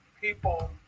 People